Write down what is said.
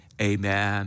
Amen